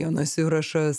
jonas jurašas